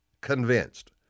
convinced